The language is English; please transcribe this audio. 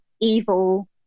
evil